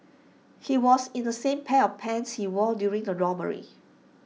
he was in the same pair of pants he wore during the robbery